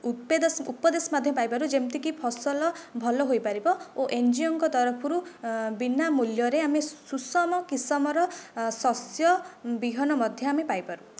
ଉପେଦେଶ ଉପଦେଶ ମଧ୍ୟ ପାଇଁ ପାରୁ ଯେମିତିକି ଫସଲ ଭଲ ହୋଇପାରିବ ଓ ଏନଜିଓଙ୍କ ତରଫରୁ ବିନା ମୂଲ୍ୟରେ ଆମେ ସୁଷମ କିଶମର ଶସ୍ୟ ବିହନ ମଧ୍ୟ ଆମେ ପାଇପାରୁ